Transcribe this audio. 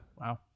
wow